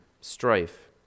strife